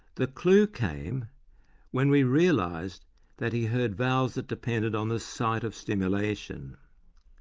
the clue came when we realised that he heard vowels that depended on the site of stimulation.